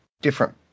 different